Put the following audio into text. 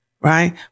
right